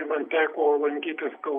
man teko lankytis kaune